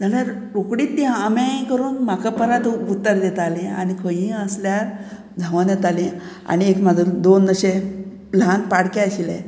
जाल्यार रोकडीच ती आमे करून म्हाका परत उत्तर येताली आनी खंयी आसल्यार धांवोन येताली आनी एक म्हाजो दोन अशे ल्हान पाडके आशिल्ले